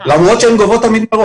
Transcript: למרות שהן תמיד גובות מראש.